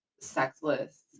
sexless